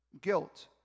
guilt